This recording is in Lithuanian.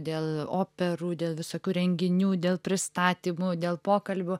dėl operų dėl visokių renginių dėl pristatymų dėl pokalbių